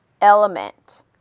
Element